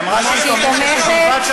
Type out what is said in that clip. היא אמרה שהיא תומכת,